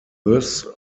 thus